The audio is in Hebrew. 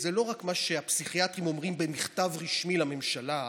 זה לא רק מה שהפסיכיאטרים אומרים במכתב רשמי לממשלה,